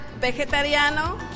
vegetariano